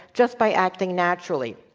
just by acting naturally.